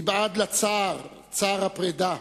מלבד הצער, צער הפרידה,